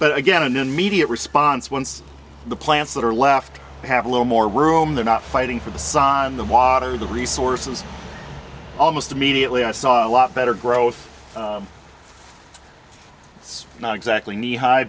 but again an immediate response once the plants that are left have a little more room they're not fighting for this on the water the resources almost immediately i saw a lot better growth it's not exactly knee high